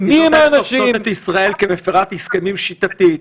המדינות האלה תופסות את ישראל כמפרת הסכמים שיטתית,